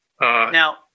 now